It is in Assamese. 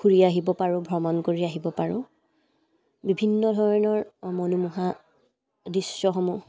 ঘূৰি আহিব পাৰোঁ ভ্ৰমণ কৰি আহিব পাৰোঁ বিভিন্ন ধৰণৰ মনোমোহা দৃশ্যসমূহ